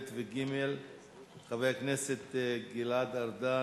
2 ו-3 חבר הכנסת גלעד ארדן,